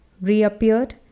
reappeared